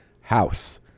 house